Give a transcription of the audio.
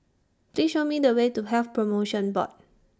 Please Show Me The Way to Health promotion Board